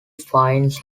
finds